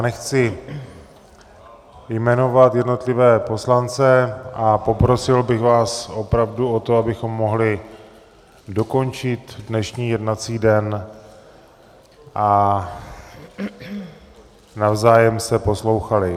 Nechci jmenovat jednotlivé poslance a poprosil bych vás opravdu o to, abychom mohli dokončit dnešní jednací den a navzájem se poslouchali.